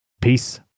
Peace